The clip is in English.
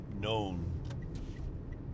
known